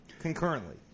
concurrently